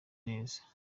neza